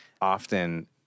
often